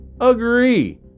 agree